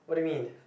what do you mean